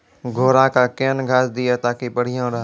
घोड़ा का केन घास दिए ताकि बढ़िया रहा?